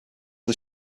are